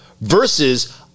versus